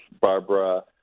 Barbara